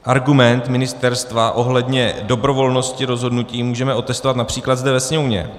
Argument ministerstva ohledně dobrovolnosti rozhodnutí můžeme otestovat například zde ve Sněmovně.